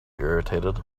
irritated